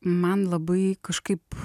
man labai kažkaip